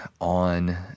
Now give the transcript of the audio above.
On